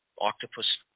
octopus –